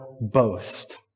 boast